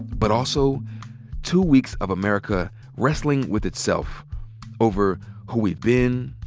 but also two weeks of america wrestling with itself over who we've been,